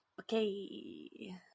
okay